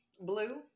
Blue